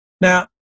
Now